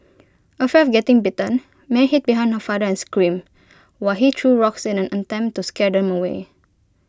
afraid of getting bitten Mary hid behind her father and screamed while he threw rocks in an attempt to scare them away